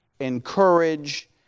encourage